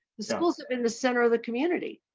the school's in the center of the community.